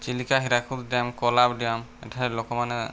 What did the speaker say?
Chilika Hirakud dam Kolab dam ଏଠାରେ ଲୋକମାନେ